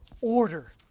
order